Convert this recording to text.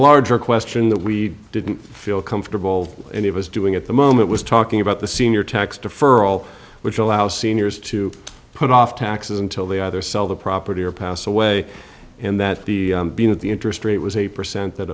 larger question that we didn't feel comfortable any of us doing at the moment was talking about the senior tax deferral which allow seniors to put off taxes until they either sell the property or pass away and that the being at the interest rate was eight percent that